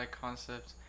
concept